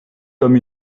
comme